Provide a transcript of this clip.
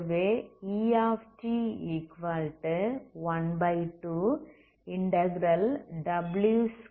ஆகவே E12w2xt⏟dxB